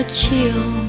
chill